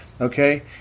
okay